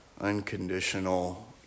Unconditional